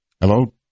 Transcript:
Hello